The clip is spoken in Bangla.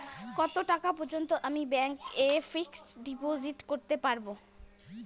কত টাকা পর্যন্ত আমি ব্যাংক এ ফিক্সড ডিপোজিট করতে পারবো?